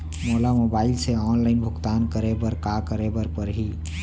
मोला मोबाइल से ऑनलाइन भुगतान करे बर का करे बर पड़ही?